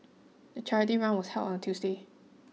the charity run was held on a Tuesday